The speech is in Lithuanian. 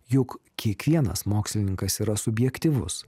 juk kiekvienas mokslininkas yra subjektyvus